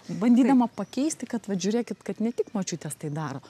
bandydama pakeisti kad vat žiūrėkit kad ne tik močiutės tai daro